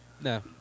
No